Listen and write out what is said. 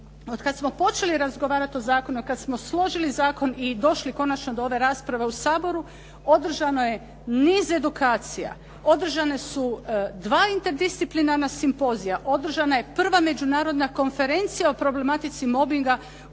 otkad smo počeli razgovarat o zakonu, otkad smo složili zakon i došli konačno do ove rasprave u Saboru, održano je niz edukacija, održana su dva interdisciplinarna simpozija, održana je 1. Međunarodna konferencija o problematici mobinga